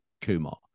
Kumar